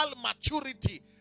maturity